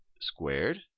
squared